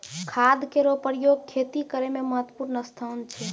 खाद केरो प्रयोग खेती करै म महत्त्वपूर्ण स्थान छै